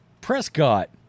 Prescott